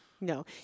No